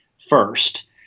first